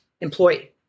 employee